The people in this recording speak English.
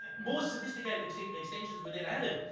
more sophisticated extensions were then added,